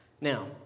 Now